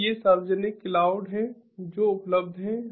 तो ये सार्वजनिक क्लाउड हैं जो उपलब्ध हैं